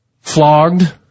Flogged